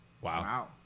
Wow